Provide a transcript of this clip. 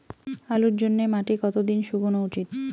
আলুর জন্যে মাটি কতো দিন শুকনো উচিৎ?